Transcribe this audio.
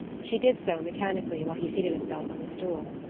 she did so, mechanically, while he seated himself on the stool.